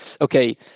okay